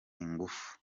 ingufu